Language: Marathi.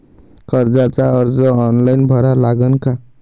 कर्जाचा अर्ज ऑनलाईन भरा लागन का?